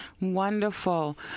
Wonderful